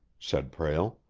said prale.